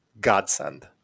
godsend